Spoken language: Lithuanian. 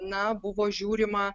na buvo žiūrima